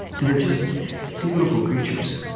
they're just beautiful creatures.